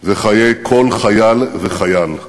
וחיי כל חייל וחייל.